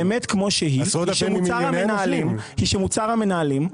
האמת כמו שהיא שמוצר המנהלים,